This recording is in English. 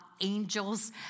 angels